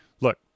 Look